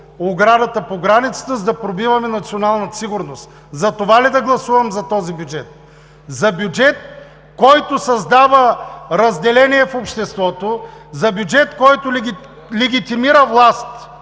оградата по границата, за да пробиваме националната сигурност? За това ли да гласувам за този бюджет? За бюджет, който създава разделение в обществото, за бюджет, който легитимира власт,